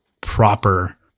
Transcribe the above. proper